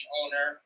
owner